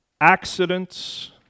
Accidents